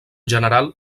general